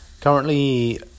currently